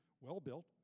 well-built